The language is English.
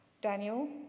Daniel